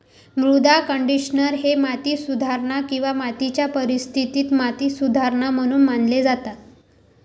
मृदा कंडिशनर हे माती सुधारणा किंवा मातीच्या परिस्थितीत माती सुधारणा म्हणून मानले जातात